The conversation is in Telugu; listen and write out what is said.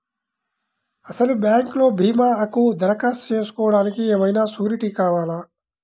అసలు బ్యాంక్లో భీమాకు దరఖాస్తు చేసుకోవడానికి ఏమయినా సూరీటీ కావాలా?